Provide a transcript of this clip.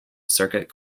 circuit